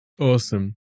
Awesome